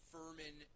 Furman